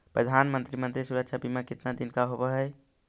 प्रधानमंत्री मंत्री सुरक्षा बिमा कितना दिन का होबय है?